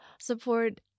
support